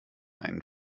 einen